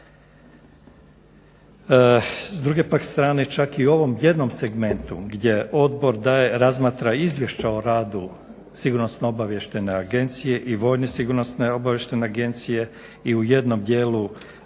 S druge pak strane čak i u ovom jednom segmentu gdje odbor razmatra izvješća o radu Sigurnosno-obavještajne agencije i Vojne sigurnosno-obavještajne agencije i u jednom dijelu